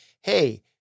Hey